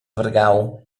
vargau